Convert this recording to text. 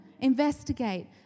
investigate